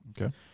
Okay